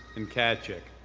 and tkaczyk.